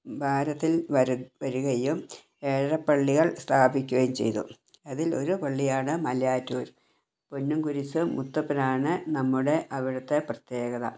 ഭാരതത്തിൽ വരികയും ഏഴര പള്ളികൾ സ്ഥാപിക്കുകയും ചെയ്തു അതിൽ ഒരു പള്ളിയാണ് മലയാറ്റൂർ പൊന്നും കുരിശ് മുത്തപ്പനാണ് നമ്മുടെ അവിടുത്തെ പ്രത്യേകത